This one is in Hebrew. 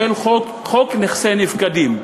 חוק נכסי נפקדים.